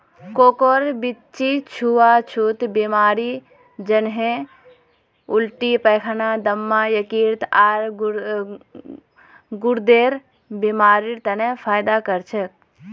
कोकोर बीच्ची छुआ छुत बीमारी जन्हे उल्टी पैखाना, दम्मा, यकृत, आर गुर्देर बीमारिड तने फयदा कर छे